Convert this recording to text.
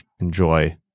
enjoy